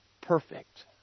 perfect